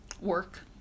work